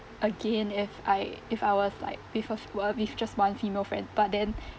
again if I if I was like with a f~ uh with just one female friend but then